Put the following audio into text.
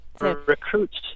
Recruits